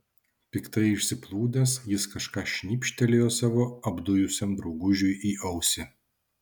piktai išsiplūdęs jis kažką šnypštelėjo savo apdujusiam draugužiui į ausį